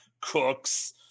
Cooks